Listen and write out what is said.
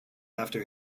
after